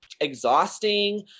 Exhausting